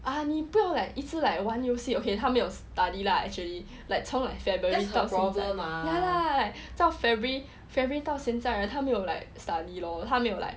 啊你不要 like 一直 like 玩游戏 okay 他没有 study lah actually like 从 february ya lah like 到 february february 到现在 right 他没有 like study lor 他没有 like